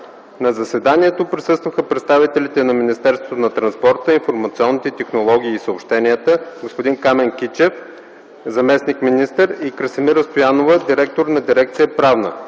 На заседанието присъстваха представителите на Министерство на транспорта, информационните технологии и съобщенията: господин Камен Кичев - заместник-министър, и Красимира Стоянова - директор на Дирекция „Правна”,